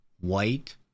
white